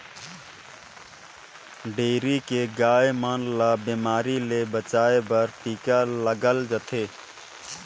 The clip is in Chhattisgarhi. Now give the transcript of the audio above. डेयरी के गाय मन ल बेमारी ले बचाये बर टिका लगाल जाथे